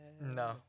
No